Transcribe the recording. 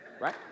Right